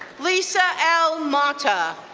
lisa l. monta,